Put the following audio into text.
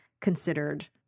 considered